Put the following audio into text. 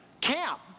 camp